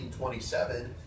1927